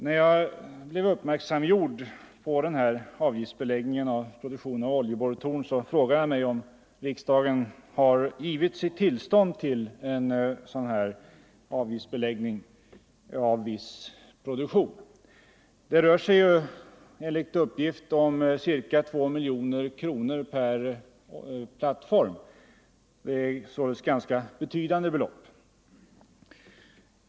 När jag gjordes uppmärksam på avgiftsbeläggningen av produktion av oljeborrtorn frågade jag mig om riksdagen givit tillstånd till avgiftsbeläggning av sådan här produktion. Det rör sig enligt uppgift om ca 2 miljoner kronor per plattform, således ganska betydande belopp.